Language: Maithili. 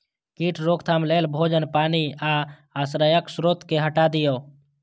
कीट रोकथाम लेल भोजन, पानि आ आश्रयक स्रोत कें हटा दियौ